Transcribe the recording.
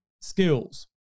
skills